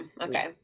okay